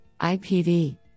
IPV